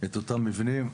את אותם מבנים.